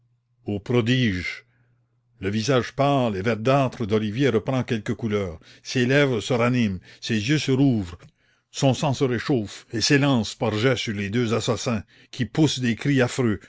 ô prodige le visage pâle et verdâtre d'olivier reprend quelque couleur ses lèvres se raniment ses yeux se rouvrent son sang se réchauffe et s'élance par jets sur les deux assassins qui poussent des cris affreux